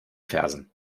fersen